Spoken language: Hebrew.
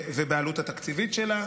ובעלות התקציבית שלה,